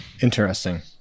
Interesting